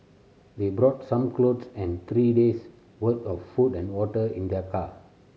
they brought some clothes and three days worth of food and water in their car